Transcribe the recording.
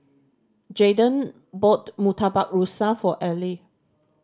Jaiden bought Murtabak Rusa for Ely